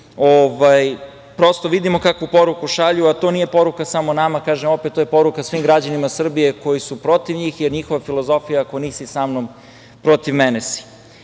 prosto vidimo kakvu poruku šalju, a to nije poruka samo nama. Kažem, To je poruka svim građanima Srbije koji su protiv njih, jer njihova filozofija – ako nisi sa mnom, protiv mene